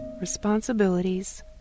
responsibilities